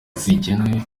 zigenewe